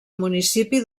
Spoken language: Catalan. municipi